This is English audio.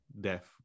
death